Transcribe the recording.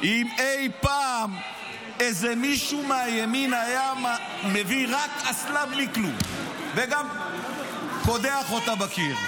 אם אי פעם מישהו מהימין היה מביא רק אסלה בלי כלום וקודח אותה בקיר.